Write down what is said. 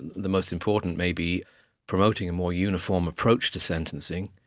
the most important may be promoting a more uniform approach to sentencing.